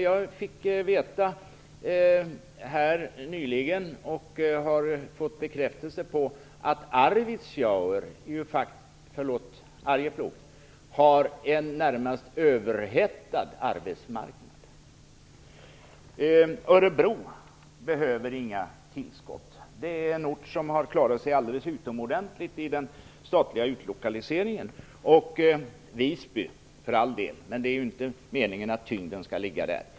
Jag har nyligen fått bekräftelse på att Arjeplog har en närmast överhettad arbetsmarknad. Örebro behöver inga tillskott. Det är en ort som har klarat sig alldeles utomordentligt i den statliga utlokaliseringen. Visby, för all del, men det är inte meningen att tyngdpunkten skall ligga där.